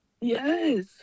Yes